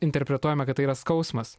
interpretuojame kad tai yra skausmas